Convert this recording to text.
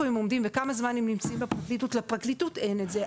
הם עומדים וכמה זמן הם נמצאים בפרקליטות אם לפרקליטות אין את זה,